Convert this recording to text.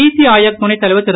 நிதிஆயோக் துணைத் தலைவர் திரு